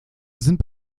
sind